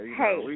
hey